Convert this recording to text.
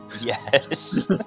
yes